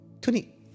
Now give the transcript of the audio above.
Tony